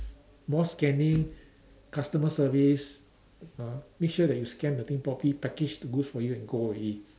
more scanning customer service uh make sure that you scan the thing properly package the goods for you and go already